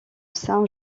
saint